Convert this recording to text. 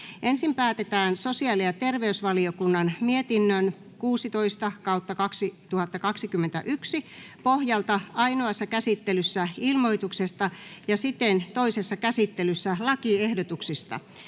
Ensin päätetään sosiaali- ja terveysvaliokunnan mietinnön StVM 16/2021 vp pohjalta ainoassa käsittelyssä ilmoituksesta ja sitten toisessa käsittelyssä lakiehdotuksista.